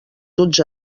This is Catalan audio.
duts